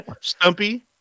stumpy